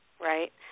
right